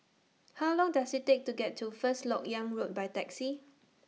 How Long Does IT Take to get to First Lok Yang Road By Taxi